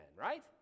right